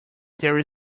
there